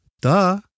Duh